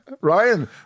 Ryan